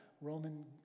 Roman